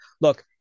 look